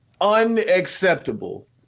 unacceptable